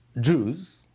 Jews